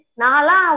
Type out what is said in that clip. nala